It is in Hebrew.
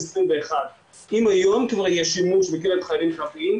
21. אם היום כבר יש שימוש בקרב חיילים קרביים,